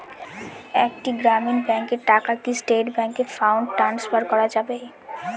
একটি গ্রামীণ ব্যাংকের টাকা কি স্টেট ব্যাংকে ফান্ড ট্রান্সফার করা যাবে?